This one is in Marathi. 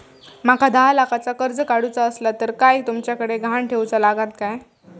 माका दहा लाखाचा कर्ज काढूचा असला तर काय तुमच्याकडे ग्हाण ठेवूचा लागात काय?